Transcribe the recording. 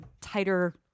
tighter